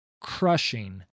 crushing